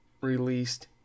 released